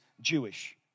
Jewish